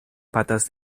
patas